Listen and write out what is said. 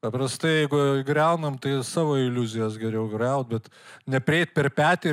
paprastai jeigu griaunam tai savo iliuzijas geriau griaut bet neprieit per petį